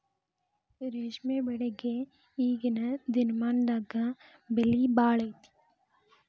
ರೇಶ್ಮೆ ಬೆಳಿಗೆ ಈಗೇನ ದಿನಮಾನದಾಗ ಬೆಲೆ ಭಾಳ ಐತಿ